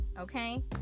okay